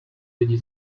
lidi